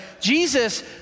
Jesus